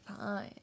fine